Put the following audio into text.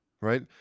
right